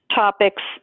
topics